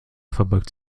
verbeugt